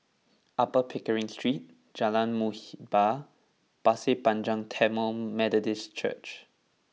Upper Pickering Street Jalan Muhibbah Pasir Panjang Tamil Methodist Church